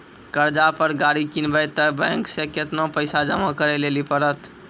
कर्जा पर गाड़ी किनबै तऽ बैंक मे केतना पैसा जमा करे लेली पड़त?